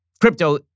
crypto